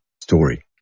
story